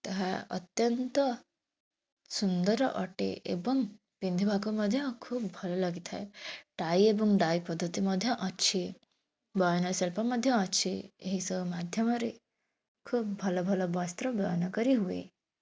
ତାହା ଅତ୍ୟନ୍ତ ସୁନ୍ଦର ଅଟେ ଏବଂ ପିନ୍ଧିବାକୁ ମଧ୍ୟ ଖୁବ ଭଲ ଲାଗିଥାଏ ଟାଇ ଏବଂ ଡାଇ ପଦ୍ଧତି ମଧ୍ୟ ଅଛି ବୟନଶିଳ୍ପ ମଧ୍ୟ ଅଛି ଏହିସବୁ ମାଧ୍ୟମରେ ଖୁବ ଭଲ ଭଲ ବସ୍ତ୍ର ବୟନ କରି ହୁଏ